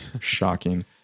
Shocking